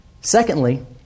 Secondly